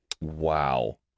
Wow